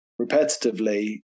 repetitively